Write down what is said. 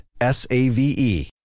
S-A-V-E